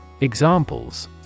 Examples